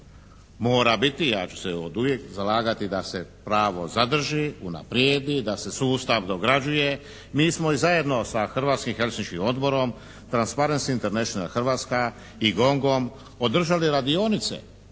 Mora biti, ja ću se oduvijek zalagati da se pravo zadrži, unaprijedi, da se sustav dograđuje. Mi smo i zajedno sa Hrvatskim helsinškim odborom, Transparency International Hrvatska i GONG-om održali radionice